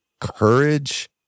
courage